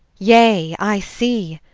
yea i see.